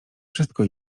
wszystko